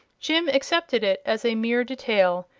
jim accepted it as a mere detail,